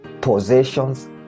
possessions